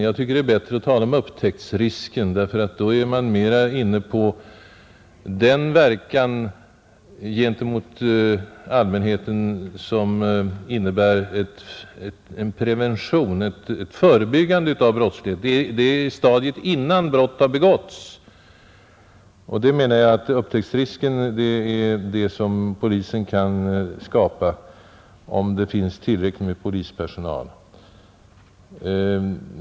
Jag tycker att det är bättre att tala om upptäcktsrisken, eftersom man då mer associerar med preventionen, förebyggandet. Man tänker då mera på att nå en effekt på ett stadium innan ett brott har begåtts. Polisen kan öka upptäcktsrisken, om den har tillräckligt med personal.